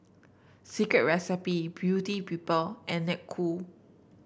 Secret Recipe Beauty People and Snek Ku